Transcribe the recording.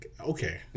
Okay